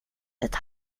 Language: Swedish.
ett